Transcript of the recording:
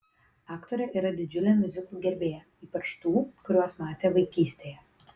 aktorė yra didžiulė miuziklų gerbėja ypač tų kuriuos matė vaikystėje